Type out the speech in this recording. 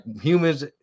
humans